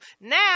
Now